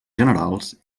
generals